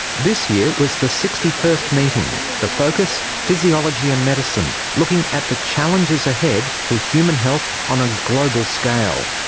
this year was the sixty first meeting the focus physiology and medicine, looking at the challenges ahead for human health on a global scale.